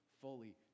fully